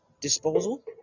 Disposal